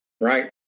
right